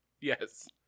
Yes